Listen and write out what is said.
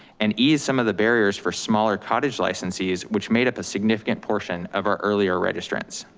and ease some of the barriers for smaller cottage licensees which made up a significant portion of our earlier registrants.